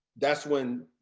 that's when